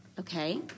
Okay